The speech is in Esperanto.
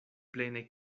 plene